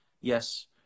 Yes